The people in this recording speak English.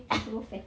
you sure